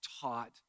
taught